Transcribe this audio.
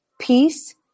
peace